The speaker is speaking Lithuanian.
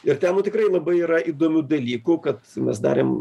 ir ten nu tikrai labai yra įdomių dalykų kad mes darėm